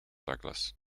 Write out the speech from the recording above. douglas